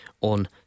On